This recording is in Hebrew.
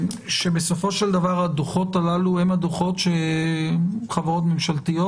שבסופו של דבר הדוחות הללו הם הדוחות שחברות ממשלתיות